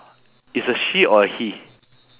it's a she or he